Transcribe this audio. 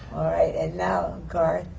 right. and now, garth?